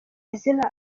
izina